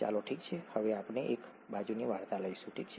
ચાલો ઠીક છે હવે આપણે એક બાજુની વાર્તા લઈશું ઠીક છે